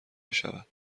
بشود